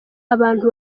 abantu